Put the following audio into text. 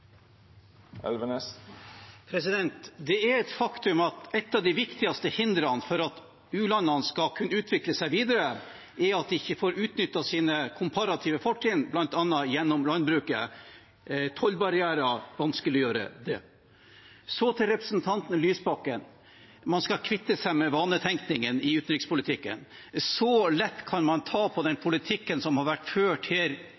Elvenes har hatt ordet to gonger tidlegare og får ordet til ein kort merknad, avgrensa til 1 minutt. Det er et faktum at et av de viktigste hindrene for at u-landene skal kunne utvikle seg videre, er at de ikke får utnyttet sine komparative fortrinn, bl.a. gjennom landbruket. Tollbarrierer vanskeliggjør det. Så til representanten Lysbakken, om at man skal kvitte seg med vanetenkningen i utenrikspolitikken. Så